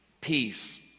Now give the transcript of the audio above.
peace